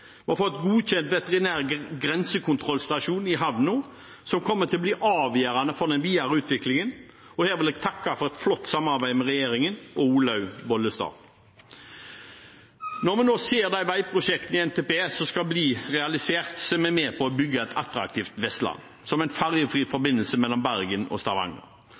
godkjent en veterinær grensekontrollstasjon i havnen, som kommer til å bli avgjørende for den videre utviklingen, og her vil jeg takke for et flott samarbeid med regjeringen og Olaug Vervik Bollestad. Når vi nå ser de veiprosjektene i NTP som skal realiseres, er vi med på å bygge et attraktivt Vestland, som en ferjefri forbindelse mellom Bergen og Stavanger.